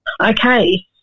Okay